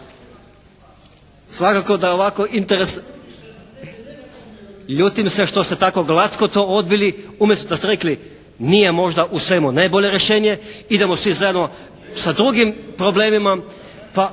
ovako interesantno. Ljutim se što ste tako glatko to odbili umjesto da ste rekli nije možda u svemu najbolje rješenje. Idemo svi zajedno sa drugim problemima,